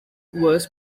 was